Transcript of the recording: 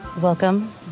welcome